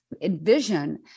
envision